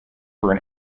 for